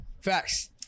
facts